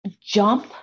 jump